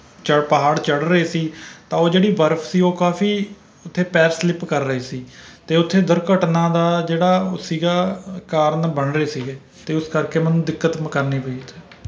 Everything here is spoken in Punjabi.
ਚ ਪਹਾੜ ਚੜ੍ਹ ਰਹੇ ਸੀ ਤਾਂ ਉਹ ਜਿਹੜੀ ਬਰਫ਼ ਸੀ ਉਹ ਕਾਫ਼ੀ ਉੱਥੇ ਪੈਰ ਸਲਿੱਪ ਕਰ ਰਹੇ ਸੀ ਅਤੇ ਉੱਥੇ ਦੁਰਘਟਨਾ ਦਾ ਜਿਹੜਾ ਸੀਗਾ ਕਾਰਨ ਬਣ ਰਹੇ ਸੀਗੇ ਅਤੇ ਉਸ ਕਰਕੇ ਮੈਨੂੰ ਦਿੱਕਤ ਕਰਨੀ ਪਈ ਉੱਥੇ